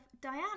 Diana